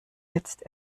jetzt